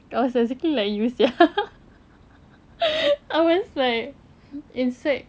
I was exactly like you sia I was like in sec